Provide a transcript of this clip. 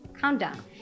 countdown